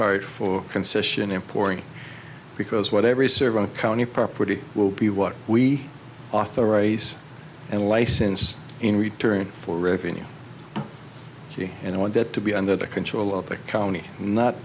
hard for concession and pouring because what every serve on a county property will be what we authorize and license in return for revenue and i want that to be under the control of the county not